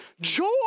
joy